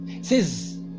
Says